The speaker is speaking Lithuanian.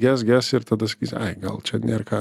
ges ges ir tada sakysi ai gal čia nėr ką